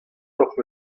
hocʼh